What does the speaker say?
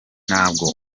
ntabwo